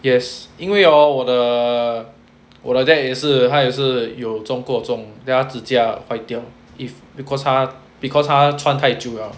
yes 因为 oh 我的我的 dad 也是他也是有中过这种 ya 指甲坏掉 is because 他 because 他穿太久 liao